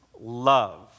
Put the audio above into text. love